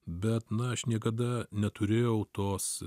bet na aš niekada neturėjau tos